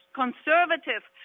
conservative